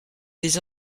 des